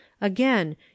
Again